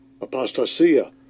apostasia